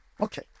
Okay